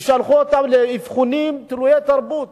ושלחו אותם לאבחונים תלויי-תרבות,